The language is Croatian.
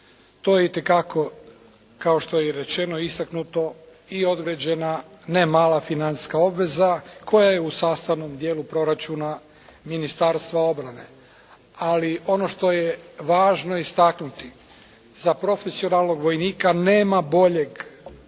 To je itekako kao što je i rečeno i istaknuto i određeno ne mala financijska obveza koja je u sastavnom dijelu proračuna Ministarstva obrane. Ali ono što je važno istaknuti za profesionalnog vojnika nema boljeg izazova